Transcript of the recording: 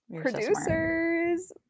producers